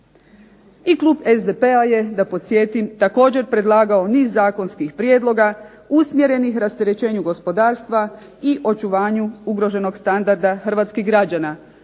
I klub SDP-a je, da podsjetim, također predlagao niz zakonskih prijedloga usmjerenih rasterećenju gospodarstva i očuvanju ugroženog standarda hrvatskih građana.